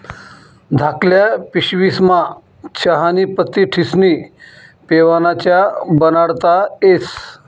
धाकल्ल्या पिशवीस्मा चहानी पत्ती ठिस्नी पेवाना च्या बनाडता येस